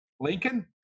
Lincoln